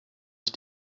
ich